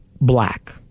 black